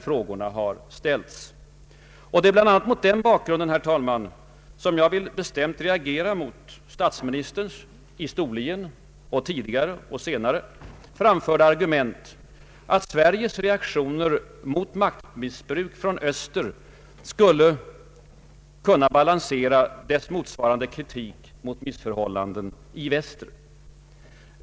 Frågorna har dock upprepats. Det är bland annat mot den bakgrunden, herr talman, som jag vill bestämt reagera mot statsministerns — i Storlien liksom tidigare och senare — framförda argument att Sveriges reaktioner mot maktmissbruk från Öster skulle kunna balansera dess motsvarande kritik mot missförhållandena i Väster.